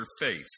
faith